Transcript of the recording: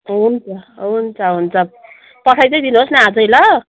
हुन्छ हुन्छ हुन्छ पठाइ चाहिँ दिनु होस् न आज ल